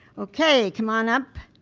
okay, come on up,